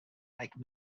like